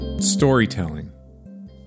storytelling